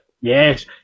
Yes